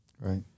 Right